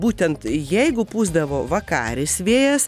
būtent jeigu pūsdavo vakaris vėjas